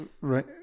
right